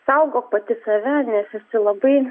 saugok pati save nes esi labai